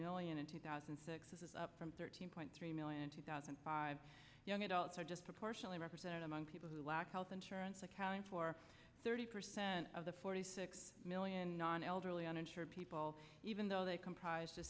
million in two thousand and six is up from thirteen point three million in two thousand and five young adults are just proportionately represented among people who lack health insurance accounting for thirty percent of the forty six million non elderly uninsured people even though they comprise